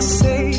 say